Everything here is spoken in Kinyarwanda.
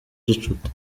gicuti